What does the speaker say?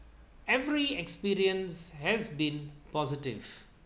every experience has been positive